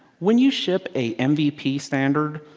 when you ship a mvp standard,